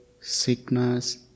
sickness